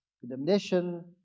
condemnation